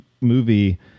movie